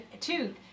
two